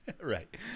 Right